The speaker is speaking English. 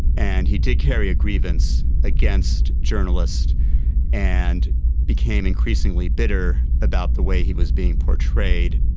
and he did carry a grievance against journalists and became increasingly bitter about the way he was being portrayed.